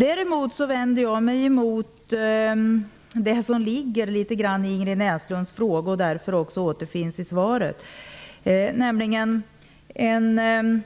Däremot vänder jag emot det som litet grand ligger i Ingrid Näslunds fråga, och därför också återfinns i svaret, nämligen en